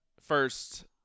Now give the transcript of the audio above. first